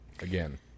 again